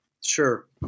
sure